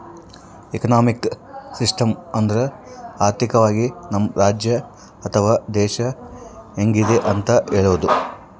economic system ಅಂದ್ರ ಆರ್ಥಿಕವಾಗಿ ನಮ್ ರಾಜ್ಯ ಅಥವಾ ದೇಶ ಹೆಂಗಿದೆ ಅಂತ ಹೇಳೋದು